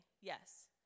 yes